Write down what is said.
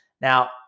Now